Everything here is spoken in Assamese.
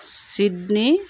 ছিডনী